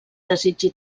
desitgi